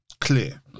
clear